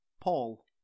paul